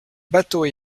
bateaux